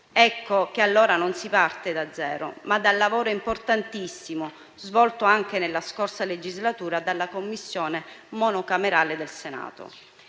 Ecco che allora non si parte da zero, ma dal lavoro importantissimo svolto anche nella scorsa legislatura dalla Commissione monocamerale del Senato.